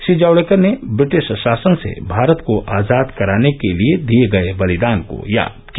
श्री जावड़ेकर ने व्रिटिश शासन से भारत को आजाद कराने के लिए दिए गए बलिदान को याद किया